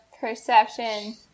Perception